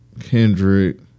Kendrick